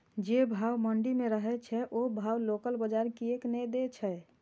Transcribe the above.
जे भाव मंडी में रहे छै ओ भाव लोकल बजार कीयेक ने दै छै?